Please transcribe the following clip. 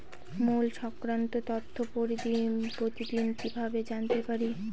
মুল্য সংক্রান্ত তথ্য প্রতিদিন কিভাবে জানতে পারি?